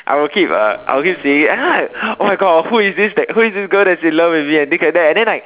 I would keep uh I would keep seeing it and then like oh my God who is this that who is this girl that's in love with me and things like that and then like